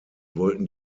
wollten